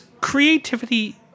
creativity